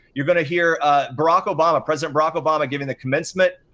you're gonna hear ah barack obama, president barack obama, giving the commencement,